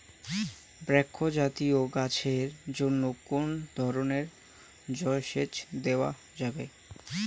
বৃক্ষ জাতীয় গাছের জন্য কোন ধরণের জল সেচ দেওয়া যাবে?